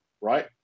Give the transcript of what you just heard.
right